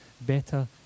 better